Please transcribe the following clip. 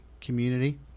community